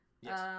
Yes